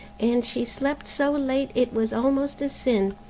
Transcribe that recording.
and she slept so late it was almost a sin.